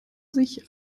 sich